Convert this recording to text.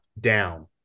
down